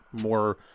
more